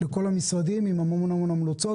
לכל המשרדים עם המון-המון המלצות.